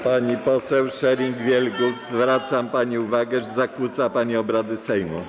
Pani poseł Scheuring-Wielgus, zwracam pani uwagę, że zakłóca pani obrady Sejmu.